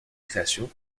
création